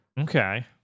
okay